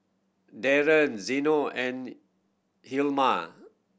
Darryn Zeno and Hjalmar